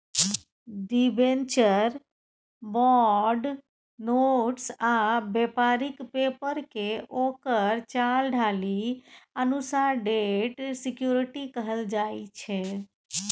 debenture, bond, notes आ बेपारिक पेपरकेँ ओकर चाल ढालि अनुसार डेट सिक्युरिटी कहल जाइ छै